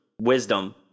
wisdom